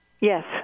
Yes